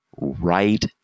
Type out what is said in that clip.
right